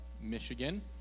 Michigan